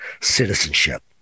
citizenship